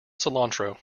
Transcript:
cilantro